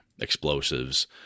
explosives